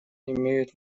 имеют